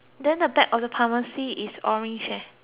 pharmacy is orange eh